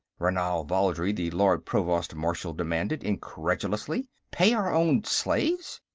ranal valdry, the lord provost-marshal demanded, incredulously pay our own slaves?